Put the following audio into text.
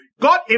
God